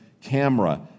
camera